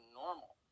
normal